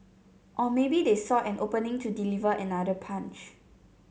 or maybe they saw an opening to deliver another punch